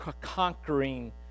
Conquering